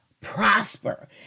prosper